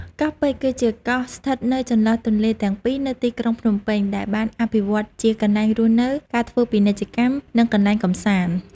កោះពេជ្រ គឺជាកោះស្ថិតនៅចន្លោះទន្លេទាំងពីរនៅទីក្រុងភ្នំពេញ ដែលបានអភិវឌ្ឍជាកន្លែងរស់នៅ ការធ្វើពាណិជ្ជកម្ម និងកន្លែងកម្សាន្ត។